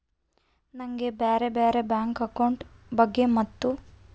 ನನಗೆ ಬ್ಯಾರೆ ಬ್ಯಾರೆ ಬ್ಯಾಂಕ್ ಅಕೌಂಟ್ ಬಗ್ಗೆ ಮತ್ತು?